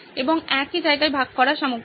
এবং একই জায়গায় ভাগ করা সামগ্রী